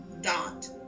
dot